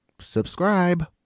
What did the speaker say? subscribe